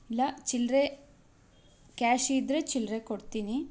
ಇಲ್ಲ ಚಿಲ್ಲರೆ ಕ್ಯಾಶ್ ಇದ್ದರೆ ಚಿಲ್ಲರೆ ಕೊಡ್ತೀನಿ